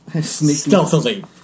Stealthily